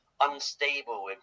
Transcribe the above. unstable